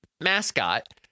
mascot